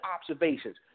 observations